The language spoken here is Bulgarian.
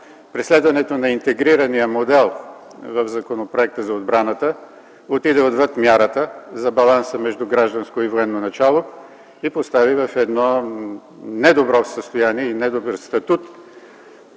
при следването на интегрирания модел в Законопроекта за отбраната отиде отвъд мярата за баланса между гражданско и военно начало и постави в недобро състояние и недобър статут